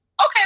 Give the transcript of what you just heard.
Okay